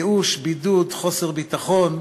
ייאוש, בידוד, חוסר ביטחון,